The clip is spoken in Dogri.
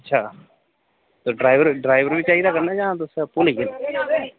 अच्छा ते ड्राईवर ड्राईवर बी चाहिदा कन्नै जां तुस आपूं लेई जाह्गे